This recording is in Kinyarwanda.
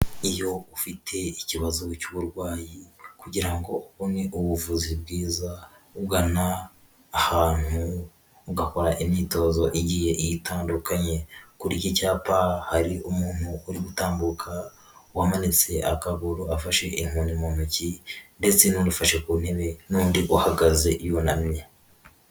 Iyo ufite ikibazo cy'uburwayi kugira ngo ubone ubuvuzi bwiza ugana ahantu ugakora imyitozo igiye iyitandukanye. Kuri iki cyapa hari umuntu uri gutambuka wamanitse akaguru afashe inkoni mu ntoki ndetse n'undi ufashe ku ntebe n'undi uhagaze yunamye.